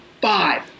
Five